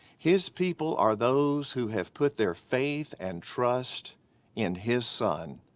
his people are those who have put their faith and trust in his son,